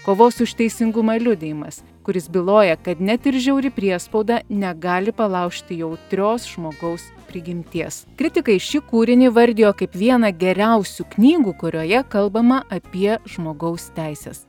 kovos už teisingumą liudijimas kuris byloja kad net ir žiauri priespauda negali palaužti jautrios žmogaus prigimties kritikai šį kūrinį įvardijo kaip vieną geriausių knygų kurioje kalbama apie žmogaus teises